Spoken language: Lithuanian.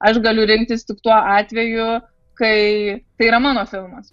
aš galiu rinktis tik tuo atveju kai tai yra mano filmas